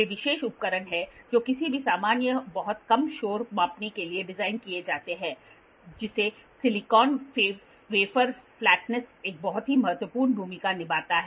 वे विशेष उपकरण हैं जो किसी भी समय बहुत कम शोर मापने के लिए डिज़ाइन किए जाते हैं जैसे सिलिकॉन वेफर फ्लैटनेस एक बहुत ही महत्वपूर्ण भूमिका निभाता है